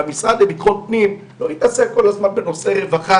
שהמשרד לביטחון הפנים לא יתעסק כל הזמן בנושאי רווחה.